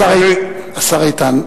השר איתן,